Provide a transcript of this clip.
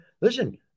listen